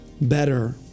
better